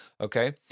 Okay